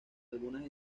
algunas